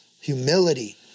humility